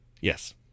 Yes